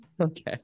Okay